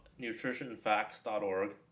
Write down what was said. NutritionFacts.org